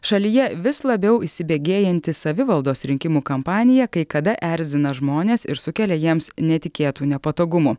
šalyje vis labiau įsibėgėjanti savivaldos rinkimų kampanija kai kada erzina žmones ir sukelia jiems netikėtų nepatogumų